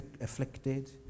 afflicted